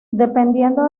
dependiendo